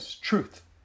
truth